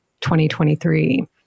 2023